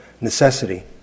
necessity